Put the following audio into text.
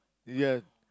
yeah